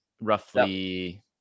roughly